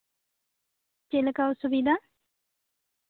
ᱪᱮᱫ ᱞᱮᱠᱟ ᱚᱥᱩᱵᱤᱫᱷᱟ